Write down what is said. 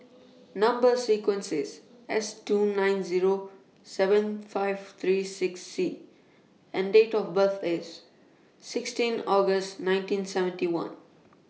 Number sequence IS S two nine Zero seven five three six C and Date of birth IS sixteen August nineteen seventy one